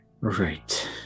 Right